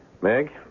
Meg